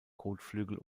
kotflügel